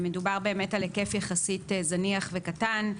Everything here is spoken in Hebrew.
מדובר באמת על היקף יחסית זניח וקטן,